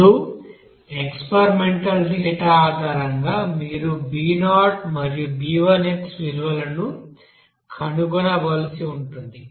ఇప్పుడు experimental data ఆధారంగా మీరు b0 మరియు b1x విలువలను కనుగొనవలసి ఉంటుంది